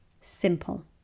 Simple